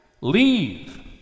leave